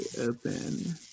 open